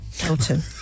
Elton